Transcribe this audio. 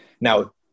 now